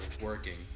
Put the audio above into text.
working